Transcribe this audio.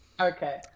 Okay